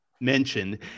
mentioned